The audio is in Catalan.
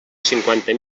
cinquanta